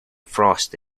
frost